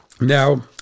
now